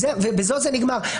ובזה זה נגמר.